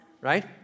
right